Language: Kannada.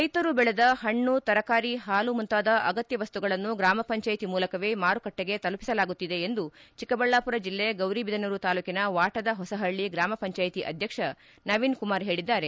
ರೈತರು ಬೆಳೆದ ಹಣ್ಣು ತರಕಾರಿ ಮತ್ತು ಹಾಲನ್ನು ಗ್ರಾಮ ಪಂಚಾಯಿತಿಯ ಮೂಲಕವೇ ಮಾರುಕಟ್ಟಿಗೆ ತಲುಸಲಾಗುತ್ತಿದೆ ಎಂದು ಚಿಕ್ಕಬಳ್ಳಾಪುರ ಜಿಲ್ಲೆ ಗೌರಿಬಿದನೂರು ತಾಲೂಕಿನ ವಾಟದ ಹೊಸಹಳ್ಳಿ ಗ್ರಾಮ ಪಂಚಾಯ್ತಿ ಅಧ್ಯಕ್ಷ ನವೀನ್ ಕುಮಾರ್ ಹೇಳಿದ್ದಾರೆ